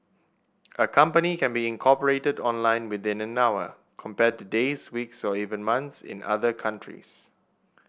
a company can be incorporated online within an hour compared to days weeks or even months in other countries